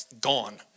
gone